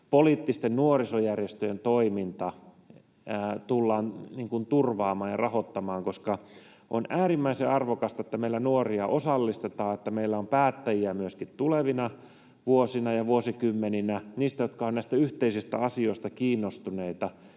poliittisten nuorisojärjestöjen toiminta tullaan turvaamaan ja rahoittamaan? On äärimmäisen arvokasta, että meillä nuoria osallistetaan, niin että meillä on päättäjiä myöskin tulevina vuosina ja vuosikymmeninä, niitä, jotka ovat näistä yhteisistä asioista kiinnostuneita,